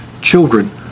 Children